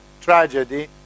tragedy